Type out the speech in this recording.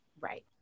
Right